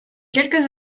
quelques